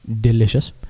delicious